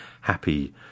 happy